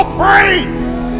praise